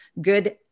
good